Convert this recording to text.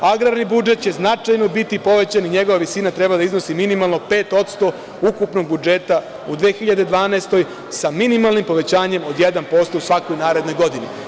Agrarni budžet će značajno biti povećan i njegova visina treba da iznosi minimalno 5% ukupnog budžeta u 2012. godini, sa minimalnim povećanjem od 1% u svakoj narednoj godini“